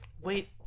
wait